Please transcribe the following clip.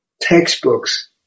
textbooks